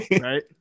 right